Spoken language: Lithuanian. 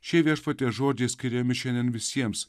šie viešpaties žodžiai skiriami šiandien visiems